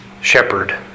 shepherd